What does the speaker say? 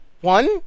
One